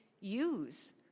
use